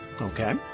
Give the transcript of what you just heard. Okay